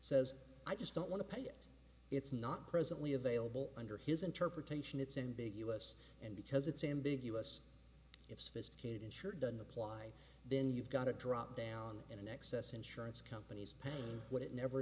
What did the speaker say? says i just don't want to pay it it's not presently available under his interpretation it's in big us and because it's ambiguous if sophisticated insured doesn't apply then you've got to drop down in excess insurance companies paying what it never